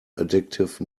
addictive